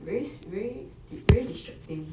very very very distracting